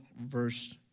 verse